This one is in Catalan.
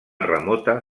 remota